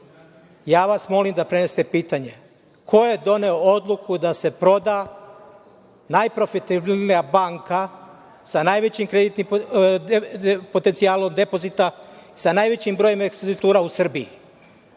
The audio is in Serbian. vas molim da prenesete pitanje - ko je doneo odluku da se proda najprofitabilnija banka, sa najvećim kreditnim potencijalom depozita, sa najvećim brojem ekspozitura u Srbiji,